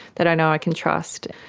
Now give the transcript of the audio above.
that i know i can trust,